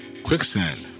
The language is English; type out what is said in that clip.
Quicksand